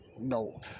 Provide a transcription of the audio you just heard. no